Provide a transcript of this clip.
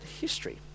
history